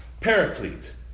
paraclete